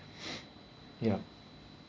ya